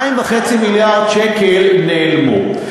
2.5 מיליארדי שקלים נעלמו.